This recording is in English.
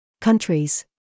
countries